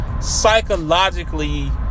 psychologically